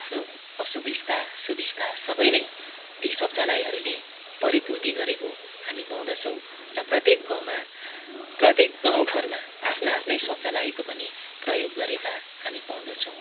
आफ्नो असुविस्ता सुविस्ता सबै नै ती शौचालयहरूले परिपूर्ति गरेको हामी पाउँदछौँ र प्रत्येक गाउँमा प्रत्येक गाउँघरमा आफ्ना आफ्नै शौचालयको पनि प्रयोग गरेका हामी पाउँदछौँ